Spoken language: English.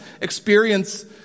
experience